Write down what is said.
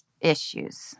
issues